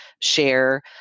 share